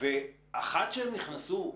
ואחת שהם נכנסו,